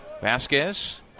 Vasquez